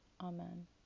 Amen